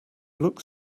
looked